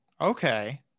okay